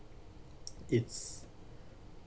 it's